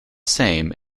same